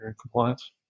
compliance